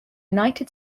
united